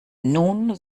nun